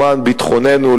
למען ביטחוננו,